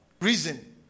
Reason